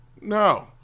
No